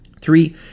Three